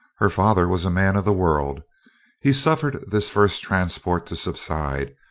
her father was a man of the world he suffered this first transport to subside,